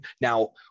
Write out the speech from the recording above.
Now